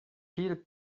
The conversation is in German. viel